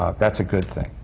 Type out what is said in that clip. ah that's a good thing.